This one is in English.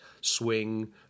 swing